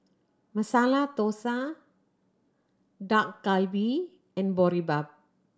Masala Dosa Dak Galbi and Boribap